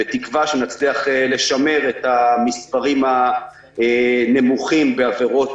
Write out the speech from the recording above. בתקווה שנצליח לשמר את המספרים הנמוכים בעבירות